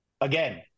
Again